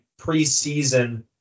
preseason